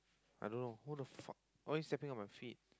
I don't know what the fuck why you stepping on my feet